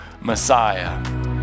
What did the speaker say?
Messiah